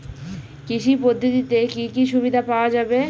কৃষি পদ্ধতিতে কি কি সুবিধা পাওয়া যাবে?